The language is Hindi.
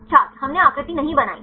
छात्र हमने आकृति नहीं बनाई